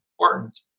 important